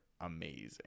amazing